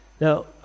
now